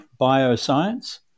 Bioscience